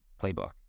playbook